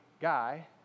guy